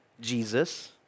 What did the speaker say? Jesus